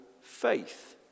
faith